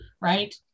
right